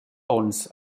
ons